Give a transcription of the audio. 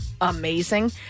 Amazing